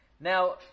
Now